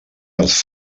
els